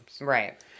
right